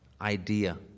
idea